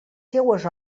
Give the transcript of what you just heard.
seues